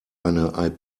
eine